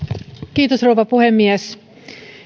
hyvä rouva puhemies